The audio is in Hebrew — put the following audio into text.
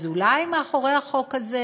אז אולי מאחורי החוק הזה,